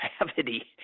gravity